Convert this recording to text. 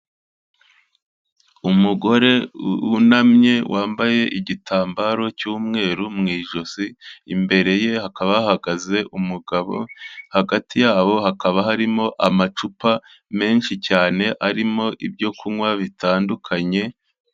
Umugore wunamye wambaye igitambaro cy'umweru mu ijosi, imbere ye hakaba hahagaze umugabo, hagati yabo hakaba harimo amacupa menshi cyane arimo ibyo kunywa bitandukanye.